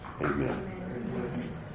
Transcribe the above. Amen